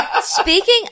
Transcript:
Speaking